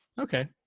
Okay